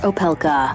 Opelka